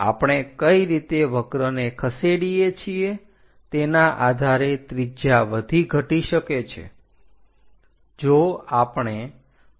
આપણે કઈ રીતે વક્રને ખસેડીએ છીએ તેના આધારે ત્રિજ્યા વધી ઘટી શકે છે